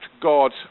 God